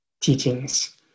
teachings